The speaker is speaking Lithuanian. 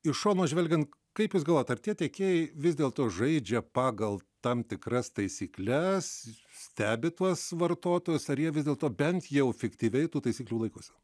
iš šono žvelgiant kaip jūs galvojat ar tie tiekėjai vis dėlto žaidžia pagal tam tikras taisykles stebi tuos vartotojus ar jie vis dėlto bent jau fiktyviai tų taisyklių laikosi